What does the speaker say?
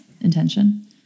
intention